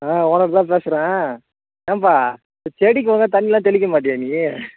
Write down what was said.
ஆ owner தான் பேசுகிறேன் ஏன்ப்பா இந்த செடிக்கு ஒழுங்கா தண்ணிலாம் தெளிக்கமாட்டியா நீ